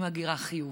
עם הגירה חיובית,